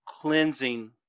cleansing